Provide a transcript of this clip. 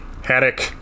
haddock